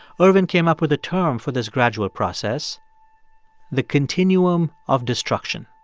ervin came up with a term for this gradual process the continuum of destruction